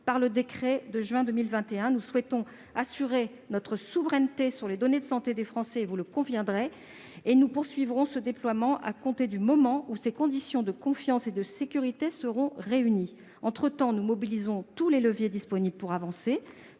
par le décret de juin 2021. Nous souhaitons assurer notre souveraineté sur les données de santé des Français et nous poursuivrons ce déploiement à compter du moment où ces conditions de confiance et de sécurité seront réunies. Entre-temps, nous mobilisons tous les leviers disponibles pour avancer.